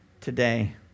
today